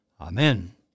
Amen